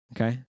Okay